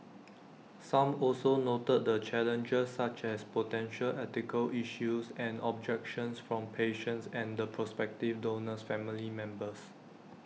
some also noted the challenges such as potential ethical issues and objections from patients and the prospective donor's family members